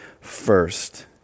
first